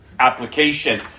Application